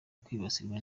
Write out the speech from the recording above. kwibasirwa